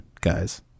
guys